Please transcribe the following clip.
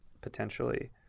potentially